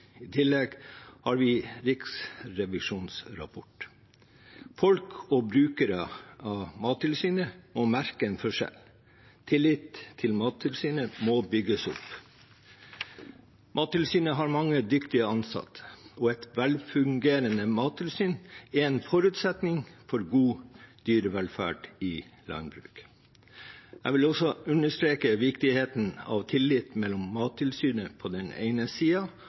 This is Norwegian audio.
I tillegg har vi riksrevisjonsrapport. Folk og brukere av Mattilsynet må merke en forskjell. Tilliten til Mattilsynet må bygges opp. Mattilsynet har mange dyktige ansatte, og et velfungerende mattilsyn er en forutsetning for god dyrevelferd i landbruket. Jeg vil også understreke viktigheten av tillit mellom Mattilsynet på den ene